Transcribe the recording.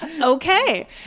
Okay